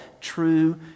true